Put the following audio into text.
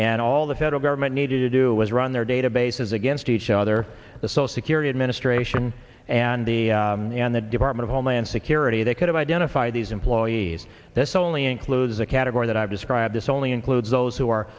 and all the federal government needed to do was run their databases against each other the so security administration and the and the department of homeland security they could identify these employees this only includes a category that i've described is only includes those who are